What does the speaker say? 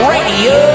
Radio